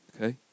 Okay